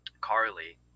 Carly